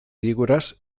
idigoras